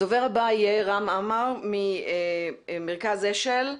הדובר הבא שיהיה רם עמר ממרכז אשל.